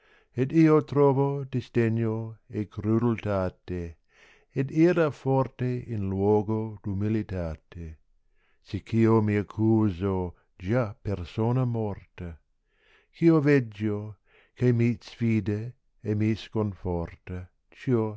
ed io trovo disdegno e crudeltate ed ira forte in luogo d nmiltate sicch io m accuso già persona morta gh io veggio che mi sfida e mi sconforta ciò